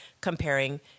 comparing